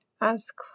ask